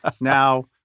Now